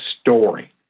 story